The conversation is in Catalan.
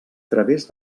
través